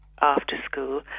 after-school